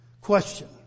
Question